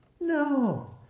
No